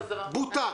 בוטל.